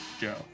joe